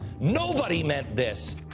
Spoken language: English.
nobody meant this!